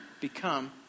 become